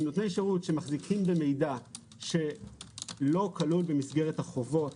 הם מחזיקים במידע שלא כלול במסגרת החובות